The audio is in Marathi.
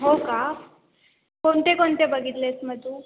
हो का कोणते कोणते बघितले आहेत मग तू